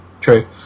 true